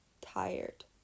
Tired